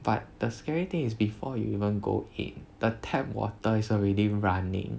but the scary thing is before you even go in the tap water is already running